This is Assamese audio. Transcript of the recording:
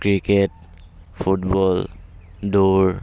ক্ৰিকেট ফুটবল দৌৰ